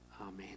Amen